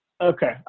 Okay